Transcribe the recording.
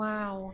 Wow